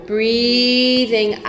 breathing